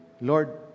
Lord